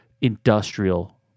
industrial